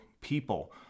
people